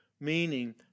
Meaning